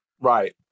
right